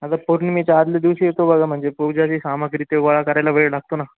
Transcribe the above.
आता पौर्णिमेच्या आदल्या दिवशी येतो बघा म्हणजे पूजेची सामग्री ते गोळा करायला वेळ लागतो ना